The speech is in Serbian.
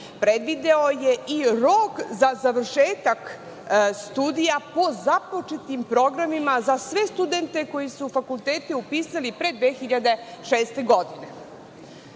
predvideo je i rok za završetak studija po započetim programima za sve studente koji su fakultete upisali pre 2006. godine.